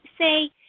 say